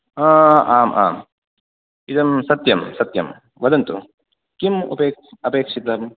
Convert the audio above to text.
आ आम् आम् इदं सत्यं सत्यं वदन्तु किम् उपे अपेक्षितं